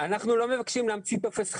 אנחנו לא מבקשים להמציא טופס חדש,